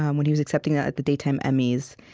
um when he was accepting that at the daytime emmys,